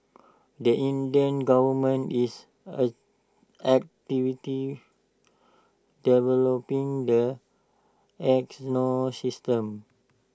the Indian government is activity developing the ecosystem